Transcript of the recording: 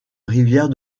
rivière